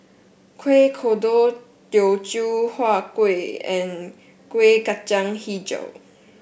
Kuih Kodok Teochew Huat Kuih and Kuih Kacang hijau